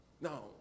No